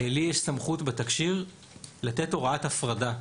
לי יש סמכות בתקשי"ר לתת הוראת הפרדה.